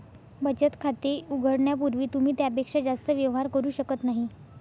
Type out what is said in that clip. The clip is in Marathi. बचत खाते उघडण्यापूर्वी तुम्ही त्यापेक्षा जास्त व्यवहार करू शकत नाही